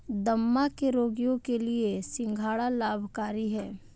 दमा के रोगियों के लिए सिंघाड़ा लाभकारी है